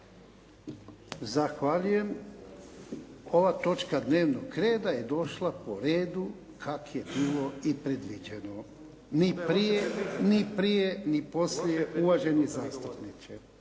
Zahvaljujem. Ova točka dnevnog reda je došla po redu kako je bilo i predviđeno. Ni prije, ni prije ni poslije …… /Upadica